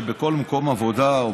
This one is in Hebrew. בכל מקום עבודה,